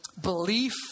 belief